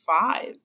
five